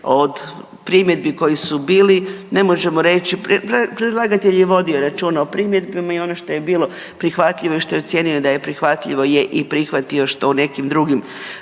od primjedbi koje su bili, ne možemo reći, predlagatelj je vodio računa o primjedbama i ono što je bilo prihvatljivo i što je ocijenio da je prihvatljivo je i prihvatio, što u nekim drugim,